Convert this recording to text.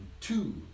two